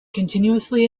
continuously